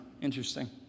interesting